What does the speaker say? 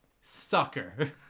sucker